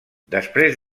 després